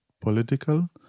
political